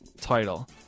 title